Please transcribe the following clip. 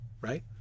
right